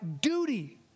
duty